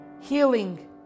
healing